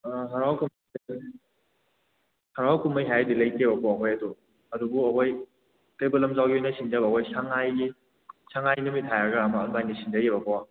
ꯑꯥ ꯍꯔꯥꯎ ꯀꯨꯝꯍꯩ ꯍꯔꯥꯎ ꯀꯨꯝꯍꯩ ꯍꯥꯏꯅꯗꯤ ꯂꯩꯇꯦꯕꯀꯣ ꯍꯣꯏ ꯑꯗꯣ ꯑꯗꯨꯕꯨ ꯍꯣꯏ ꯀꯩꯕꯨꯜ ꯂꯝꯖꯥꯎꯅ ꯁꯤꯟꯖꯕ ꯑꯩꯈꯣꯏ ꯁꯪꯉꯥꯏꯒꯤ ꯁꯪꯉꯥꯏ ꯅꯨꯃꯤꯠ ꯍꯥꯏꯔꯒ ꯑꯃ ꯑꯗꯨꯃꯥꯏꯅꯗꯤ ꯁꯤꯟꯖꯩꯌꯦꯕꯀꯣ